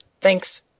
Thanks